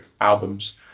albums